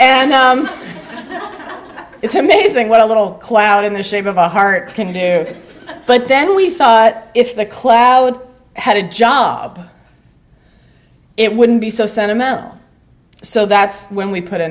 and it's amazing what a little cloud in the shape of a heart can do but then we thought if the cloud had a job it wouldn't be so sentimental so that's when we put a